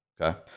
Okay